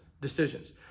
decisions